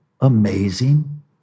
amazing